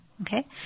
Okay